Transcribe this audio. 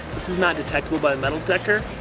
this is not detectable by a metal detector,